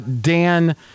Dan